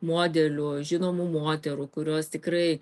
modelių žinomų moterų kurios tikrai